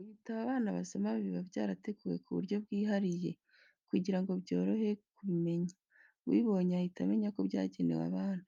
Ibitabo abana basoma biba byarateguwe ku buryo bwihariye kugira ngo byorohe kubimenya, ubibonye ahita amenyako byagenewe abana.